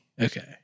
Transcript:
Okay